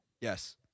Yes